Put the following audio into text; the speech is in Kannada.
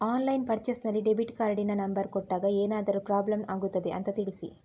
ಆನ್ಲೈನ್ ಪರ್ಚೇಸ್ ನಲ್ಲಿ ಡೆಬಿಟ್ ಕಾರ್ಡಿನ ನಂಬರ್ ಕೊಟ್ಟಾಗ ಏನಾದರೂ ಪ್ರಾಬ್ಲಮ್ ಆಗುತ್ತದ ಅಂತ ತಿಳಿಸಿ?